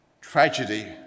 Tragedy